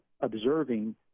observing